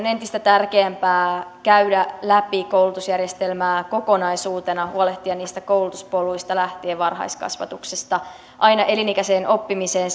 entistä tärkeämpää käydä läpi koulutusjärjestelmää kokonaisuutena ja huolehtia niistä koulutuspoluista varhaiskasvatuksesta lähtien aina elinikäiseen oppimiseen